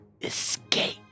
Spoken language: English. escape